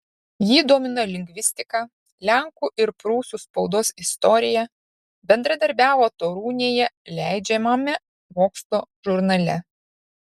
jį domino lingvistika lenkų ir prūsų spaudos istorija bendradarbiavo torūnėje leidžiamame mokslo žurnale